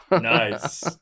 nice